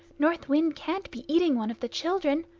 north wind can't be eating one of the children!